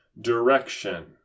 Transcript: direction